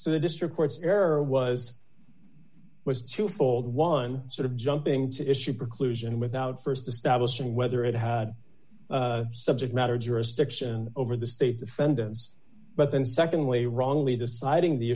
so the district courts error was was twofold one sort of jumping to issue preclusion without st establishing whether it had subject matter jurisdiction over the state defendants but then secondly wrongly deciding the